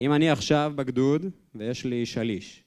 אם אני עכשיו בגדוד ויש לי שליש